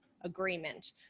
agreement